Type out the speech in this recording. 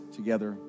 together